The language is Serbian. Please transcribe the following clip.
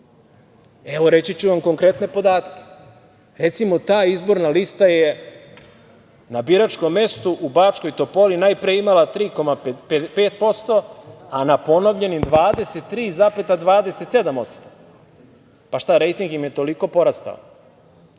reći ću vam konkretne podatke. Recimo, ta izborna lista je na biračkom mestu u Bačkoj Topoli najpre imala 3,5% a na ponovljenim 23,27%. Rejting im je toliko porastao?